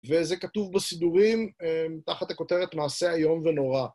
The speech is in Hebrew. וזה כתוב בסידורים תחת הכותרת מעשה איום ונורא.